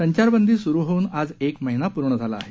संचारबंदी सुरू होऊन आज एक महिना पूर्ण झाला आहे